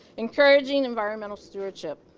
encouraging environmental stewardship.